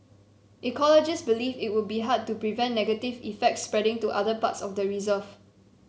ecologists believe it would be hard to prevent negative effects spreading to other parts of the reserve